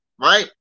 right